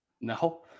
No